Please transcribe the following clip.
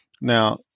Now